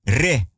re